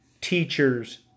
teachers